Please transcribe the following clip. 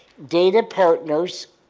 data partners,